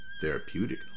therapeutic